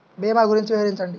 భీమా గురించి వివరించండి?